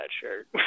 shirt